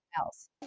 else